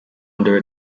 under